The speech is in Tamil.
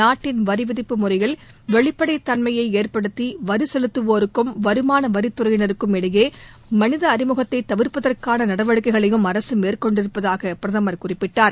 நாட்டின் வரிவிதிப்பு முறையில் வெளிப்படைத் தன்மையை ஏற்படுத்தி வரி செலுத்தவோருக்கும் வருமான வரித்துறையினருக்கும் இடையே மனித அழிமுகத்தை தவிர்ப்பதற்கான நடவடிக்கைகளையும் அரசு மேற்கொண்டிருப்பதாக பிரதமர் குறிப்பிட்டார்